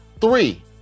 three